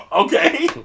Okay